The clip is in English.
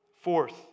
Fourth